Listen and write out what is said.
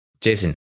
Jason